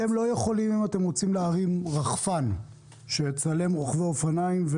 אם אתם רוצים להרים רחפן שיצלם רוכבי אופניים,